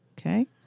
Okay